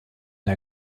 der